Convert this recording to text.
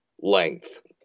length